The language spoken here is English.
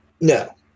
No